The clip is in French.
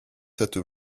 cette